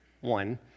One